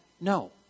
No